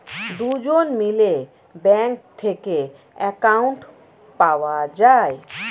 দুজন মিলে ব্যাঙ্ক থেকে অ্যাকাউন্ট পাওয়া যায়